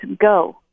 go